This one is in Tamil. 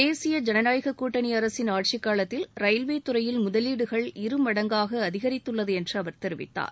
தேசிய ஜனநாயக கூட்டணி அரசின் ஆட்சி காலத்தில் ரயில்வே துறையில் முதலீடுகள் இரு மடங்காக அதிகரித்துள்ளது என்று அவர் தெரிவித்தார்